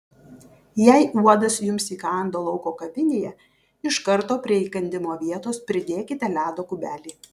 jei uodas jums įkando lauko kavinėje iš karto prie įkandimo vietos pridėkite ledo kubelį